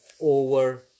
over